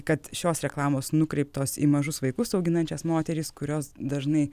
kad šios reklamos nukreiptos į mažus vaikus auginančias moterys kurios dažnai